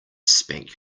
spank